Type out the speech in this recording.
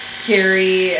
scary